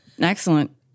Excellent